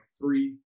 three